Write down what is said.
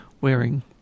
wearing